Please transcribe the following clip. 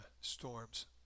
storms